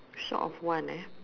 short of one eh